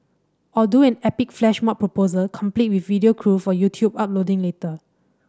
or do an epic flash mob proposal complete with video crew for YouTube uploading later